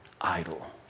idol